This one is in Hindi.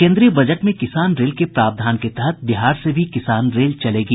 केन्द्रीय बजट में किसान रेल के प्रावधान के तहत बिहार से भी किसान रेल चलेगी